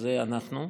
שזה אנחנו,